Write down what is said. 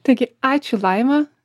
taigi ačiū laima